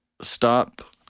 stop